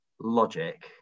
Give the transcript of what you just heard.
logic